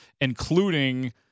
including